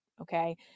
Okay